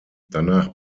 danach